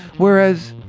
whereas,